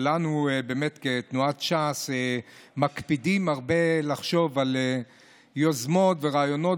שאנחנו כתנועת ש"ס מקפידים הרבה לחשוב על יוזמות ורעיונות